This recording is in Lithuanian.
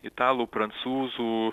italų prancūzų